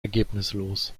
ergebnislos